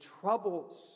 troubles